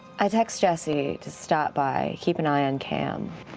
i text jesse to stop by. keep an eye on cam.